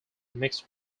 mixed